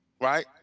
Right